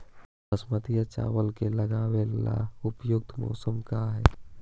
बासमती चावल के लगावे ला उपयुक्त मौसम का है?